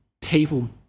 people